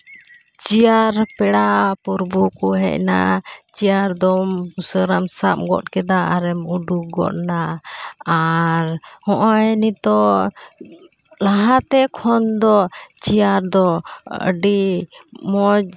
chair ᱯᱮᱲᱟᱼᱯᱟᱹᱨᱵᱳ ᱠᱚ ᱦᱮᱡ ᱱᱟ ᱪᱮᱭᱟᱨ ᱫᱚ ᱩᱥᱟᱹᱨᱟᱢ ᱥᱟᱵ ᱜᱚᱫ ᱠᱮᱫᱟ ᱟᱨᱮᱢ ᱩᱰᱩᱠ ᱜᱚᱫ ᱱᱟ ᱟᱨ ᱦᱚᱜᱼᱚᱸᱭ ᱱᱤᱛᱳᱜ ᱞᱟᱦᱟ ᱛᱮ ᱠᱷᱚᱱ ᱫᱚ ᱪᱮᱭᱟᱨ ᱫᱚ ᱟᱹᱰᱤ ᱢᱚᱡᱽ